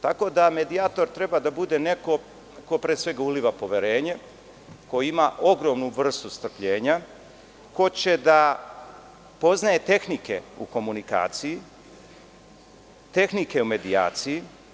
Tako da medijator treba da bude neko ko pre svega uliva poverenje, koji ima ogromnu vrstu strpljenja, ko će da poznaje tehnike u komunikaciji, tehnike u medijaciji.